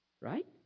Right